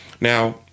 Now